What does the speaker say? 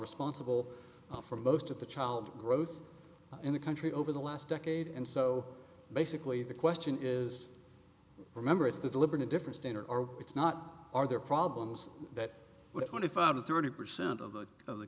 responsible for most of the child growth in the country over the last decade and so basically the question is remember is the delivering a different standard or it's not are there problems that were twenty five to thirty percent of the of the